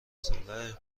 ساله